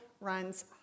runs